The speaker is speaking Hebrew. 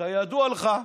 כידוע לך,